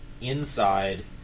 inside